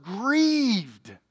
grieved